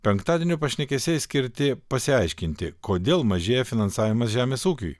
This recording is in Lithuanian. penktadienio pašnekesiai skirti pasiaiškinti kodėl mažėja finansavimas žemės ūkiui